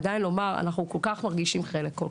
עדיין לומר שהם כל כך מרגישים חלק וכל